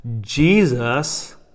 Jesus